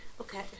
Okay